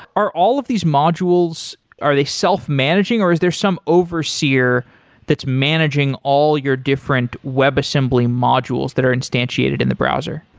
are all of these modules, are they self-managing or is there some overseer that's managing all of your different web assembly modules that are instantiated in the browser?